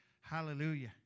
Hallelujah